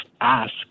ask